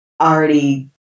already